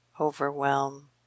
overwhelm